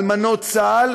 אלמנות צה"ל,